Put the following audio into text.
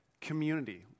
community